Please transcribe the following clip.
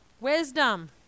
wisdom